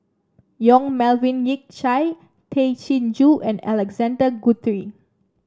Yong Melvin Yik Chye Tay Chin Joo and Alexander Guthrie